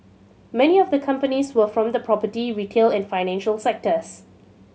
many of the companies were from the property retail and financial sectors